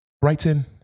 Brighton